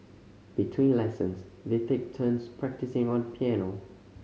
between lessons they take turns practising on the piano